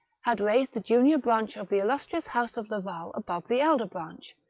had raised the junior branch of the illustrious house of laval above the elder branch,